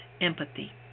empathy